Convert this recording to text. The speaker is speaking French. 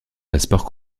passeport